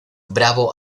bravo